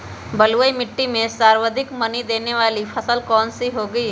बलुई मिट्टी में सर्वाधिक मनी देने वाली फसल कौन सी होंगी?